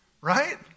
right